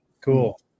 Cool